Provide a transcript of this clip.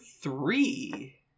three